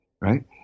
right